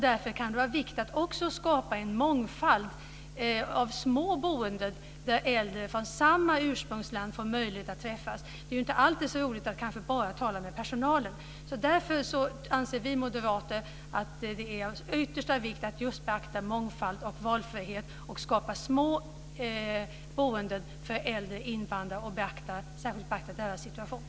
Därför kan det vara viktigt att också skapa en mångfald av små boenden där äldre från samma ursprungsland får möjlighet att träffas. Det är inte alltid så roligt att kanske bara tala med personalen. Vi moderater anser därför det vara av yttersta vikt att beakta mångfald och valfrihet, skapa små boenden för äldre invandrare och att särskilt beakta deras situation.